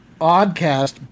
Oddcast